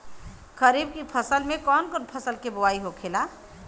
खरीफ की फसल में कौन कौन फसल के बोवाई होखेला?